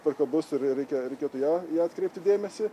tvarka bus ir reikia reikėtų ją į ją atkreipti dėmesį